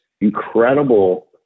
incredible